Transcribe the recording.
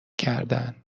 کردندمن